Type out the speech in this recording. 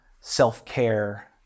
self-care